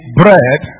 bread